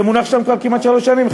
זה מונח שם כבר כמעט שלוש שנים,